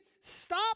stop